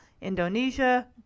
Indonesia